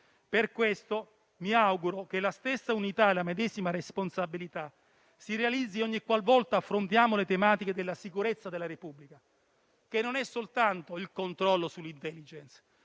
Per questo mi auguro che la stessa unità e la medesima responsabilità si realizzino ogni qualvolta affrontiamo le tematiche della sicurezza della Repubblica, che non è soltanto il controllo sull'Intelligence;